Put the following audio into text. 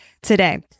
today